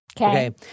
Okay